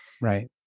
right